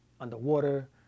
underwater